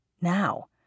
now